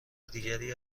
دیگری